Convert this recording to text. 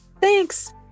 Thanks